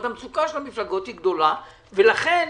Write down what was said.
זאת אומרת,